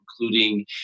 Including